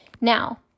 Now